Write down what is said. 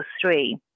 three